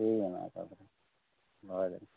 ᱴᱷᱤᱠ ᱢᱮᱱᱟᱜ ᱟᱠᱟᱫᱟ ᱫᱚᱦᱚᱭᱮᱫᱟ ᱞᱤᱧ